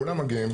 כולם מגיעים,